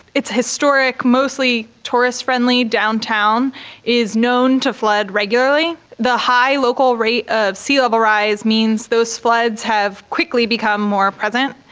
it's historic, mostly tourist friendly. downtown is known to flood regularly. the high local rate of sea level rise means those floods have quickly become more present.